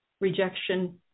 Rejection